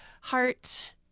heart